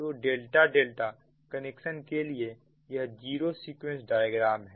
तो ∆∆ कनेक्शन के लिए यह जीरो सीक्वेंस डायग्राम है